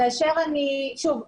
שוב,